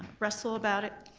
russell about it,